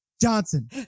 Johnson